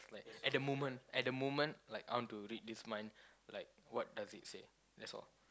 at the moment at the moment like I want to read this mind like what does it say that's all